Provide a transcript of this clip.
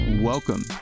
Welcome